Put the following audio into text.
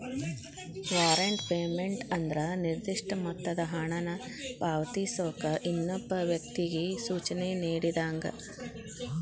warrant payment ಅಂದ್ರ ನಿರ್ದಿಷ್ಟ ಮೊತ್ತದ ಹಣನ ಪಾವತಿಸೋಕ ಇನ್ನೊಬ್ಬ ವ್ಯಕ್ತಿಗಿ ಸೂಚನೆ ನೇಡಿದಂಗ